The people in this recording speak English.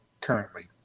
currently